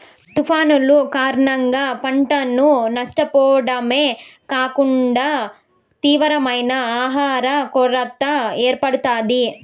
తుఫానులు కారణంగా పంటను నష్టపోవడమే కాకుండా తీవ్రమైన ఆహర కొరత ఏర్పడుతాది